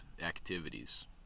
activities